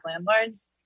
landlords